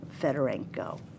Fedorenko